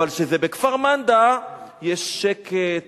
אבל כשזה בכפר-מנדא יש שקט,